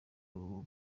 uru